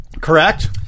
Correct